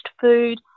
food